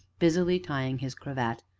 busily tying his cravat,